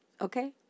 Okay